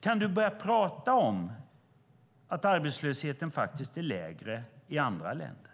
Kan du börja tala om att arbetslösheten faktiskt är lägre i andra länder